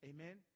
Amen